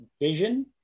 vision